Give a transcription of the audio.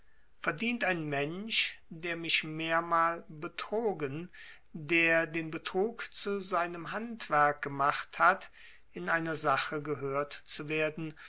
verdient ein mensch der mich mehrmal betrogen der den betrug zu seinem handwerk gemacht hat in einer sache gehört zu werden